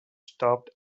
stopped